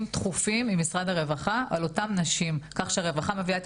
תכופים עם משרד הרווחה על אותן נשים כך שהרווחה מביאה את